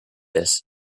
this